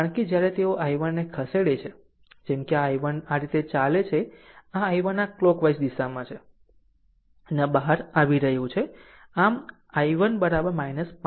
કારણ કે જ્યારે તેઓ i1 ને ખસેડે છે જેમ કે આ i1 આ રીતે ચાલે છે આ i1 આ કલોકવાઈઝમાં ચાલે છે અને આ બહાર આવી રહ્યું છે આમ i1 5 છે